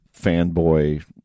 fanboy